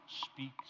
speaks